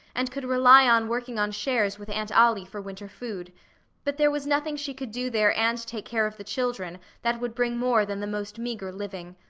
and could rely on working on shares with aunt ollie for winter food but there was nothing she could do there and take care of the children that would bring more than the most meagre living.